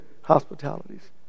hospitalities